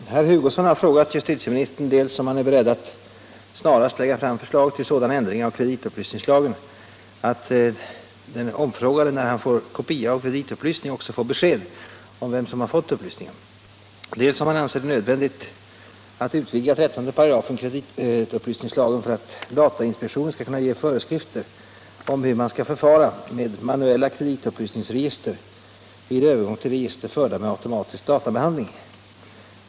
Herr talman! Herr Hugosson har frågat justitieministern dels om han är beredd att snarast lägga fram förslag till sådan ändring av kreditupplysningslagen att den omfrågade, när han får kopia av kreditupplysning, också får besked om vem som har fått upplysningen, dels om han anser det nödvändigt att utvidga 13 § kreditupplysningslagen för att datainspektionen skall kunna ge föreskrifter om hur man skall förfara med manuella kreditupplysningsregister vid övergång till register förda med automatisk databehandling.